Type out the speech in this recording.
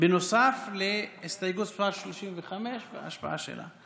בנוסף להסתייגות מס' 35 וההשפעה שלה.